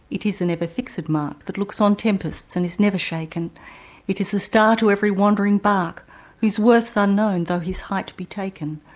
it is an ever-fixed mark. that looks on tempests and is never shaken it is the star to every wandering bark whose worth's unknown, although his height be taken.